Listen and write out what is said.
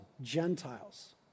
Gentiles